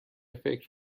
فکر